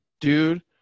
Dude